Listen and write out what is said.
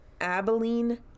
Abilene